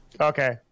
Okay